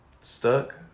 Stuck